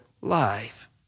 life